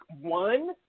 One